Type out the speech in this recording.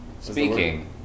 Speaking